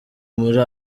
muri